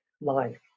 life